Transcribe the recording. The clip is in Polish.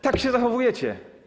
Tak się zachowujecie.